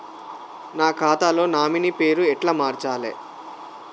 నా ఖాతా లో నామినీ పేరు ఎట్ల మార్చాలే?